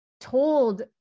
told